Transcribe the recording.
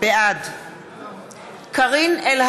בעד קארין אלהרר,